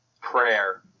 Prayer